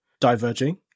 diverging